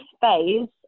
phase